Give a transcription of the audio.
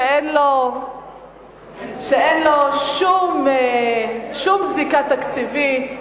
שאין לו שום זיקה תקציבית,